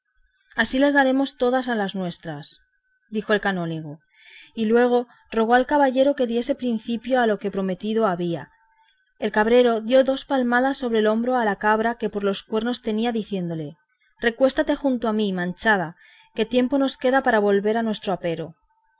así las daremos todos a las nuestras dijo el canónigo y luego rogó al cabrero que diese principio a lo que prometido había el cabrero dio dos palmadas sobre el lomo a la cabra que por los cuernos tenía diciéndole recuéstate junto a mí manchada que tiempo nos queda para volver a nuestro apero